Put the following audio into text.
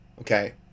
okay